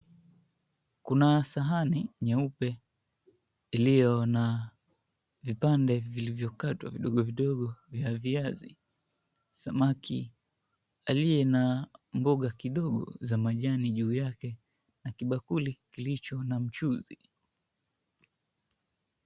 Kuna sahani nyeupe, iliyo na vipande vilivyokatwa vidogo vidogo vya viazi, samaki aliye na mboga kidogo za majani juu yake na kibakuli kilicho na mchuzi.